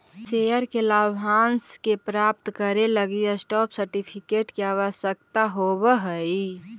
share के लाभांश के प्राप्त करे लगी स्टॉप सर्टिफिकेट के आवश्यकता होवऽ हइ